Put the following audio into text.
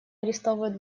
арестовывают